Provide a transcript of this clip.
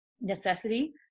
necessity